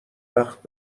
وقت